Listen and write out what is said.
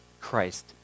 Christ